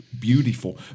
beautiful